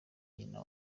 nyina